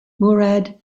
murad